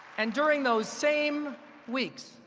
and during those same weeks,